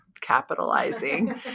capitalizing